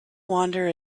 wander